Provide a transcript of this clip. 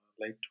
Late